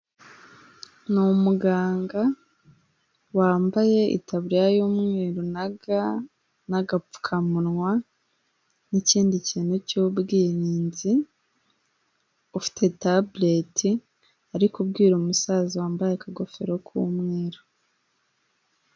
Ni umuganga wambaye itaburiya y'umweru na ga n'agapfukamunwa n'ikindi kintu cy'ubwirinzi, ufite tabuleti ari kubwira umusaza wambaye akagofero k'umweru.